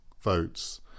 votes